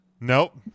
Nope